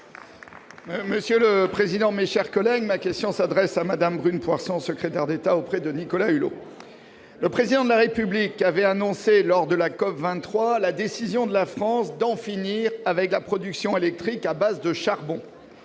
Monsieur le président, mes chers collègues, ma question s'adresse à Mme Brune Poirson, secrétaire d'État auprès de Nicolas Hulot. Le Président de la République avait annoncé lors de la COP23, la décision de la France d'en finir avec la production électrique à base de charbon.